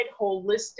holistic